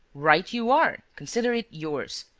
right you are! consider it yours.